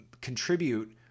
contribute